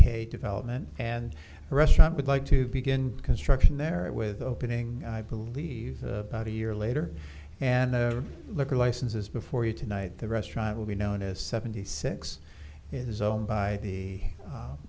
k development and restaurant would like to begin construction there with opening i believe about a year later and a liquor license is before you tonight the restaurant will be known as seventy six is owned by the